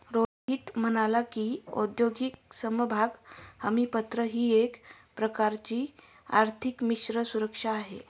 रोहित म्हणाला की, उद्योगातील समभाग हमीपत्र ही एक प्रकारची आर्थिक मिश्र सुरक्षा आहे